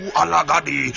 alagadi